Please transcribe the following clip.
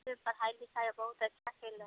फिर पढ़ाइ लिखाइ बहुत अच्छा चलि रहल छै